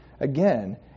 Again